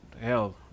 hell